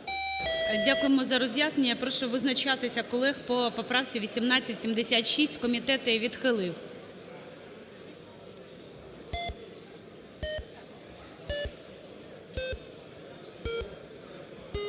Дякуємо за роз'яснення. Прошу визначатися колег по поправці 1876. Комітет її відхилив.